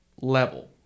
level